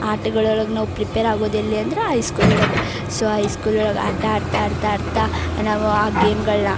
ಆಟಗಳೊಳಗ್ ನಾವು ಪ್ರಿಪೇರ್ ಆಗೋದೆಲ್ಲಿ ಅಂದ್ರೆ ಐ ಸ್ಕೂಲೊಳಗೆ ಸೋ ಹೈ ಸ್ಕೂಲ್ ಒಳಗೆ ಆಟ ಅಡ್ತಾ ಆಡ್ತಾ ಆಡ್ತಾ ನಾವು ಆ ಗೇಮ್ಗಳನ್ನ